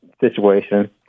situation